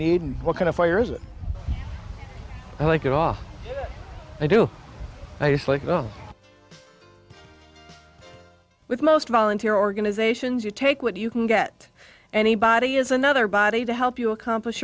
need and what kind of fire is it i like it off i do i just like go with most volunteer organizations you take what you can get anybody is another body to help you accomplish